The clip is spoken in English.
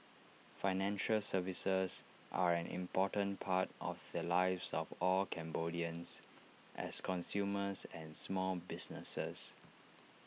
financial services are an important part of the lives of all Cambodians as consumers and small businesses